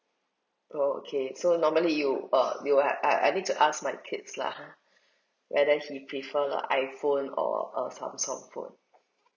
okay so normally you uh you will I I need to ask my kids lah whether he prefer like iphone or a samsung phone